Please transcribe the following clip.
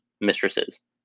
mistresses